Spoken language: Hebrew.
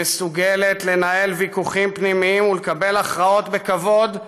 שמסוגלת לנהל ויכוחים פנימיים ולקבל הכרעות בכבוד,